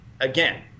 Again